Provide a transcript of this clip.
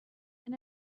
and